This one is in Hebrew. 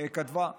כתבה,